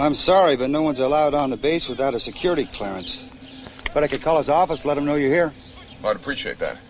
i'm sorry but no one's allowed on the base without a security clearance but i could cause office let them know you're here but appreciate that